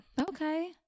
Okay